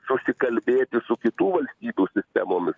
susikalbėti su kitų vastybių sistemomis